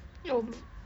oh